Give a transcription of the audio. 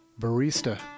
barista